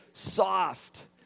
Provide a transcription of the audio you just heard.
soft